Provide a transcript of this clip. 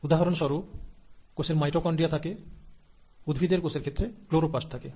উদাহরণ স্বরূপ কোষের মাইটোকনড্রিয়া থাকে উদ্ভিদের কোষের ক্ষেত্রে ক্লোরোপ্লাস্ট থাকে